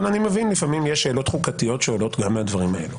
אבל אני מבין שלפעמים יש שאלות חוקתיות שעולות גם מהדברים האלה.